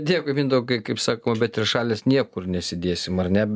dėkui mindaugai kaip sakoma be trišalės niekur nesidėsim ar ne